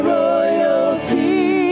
royalty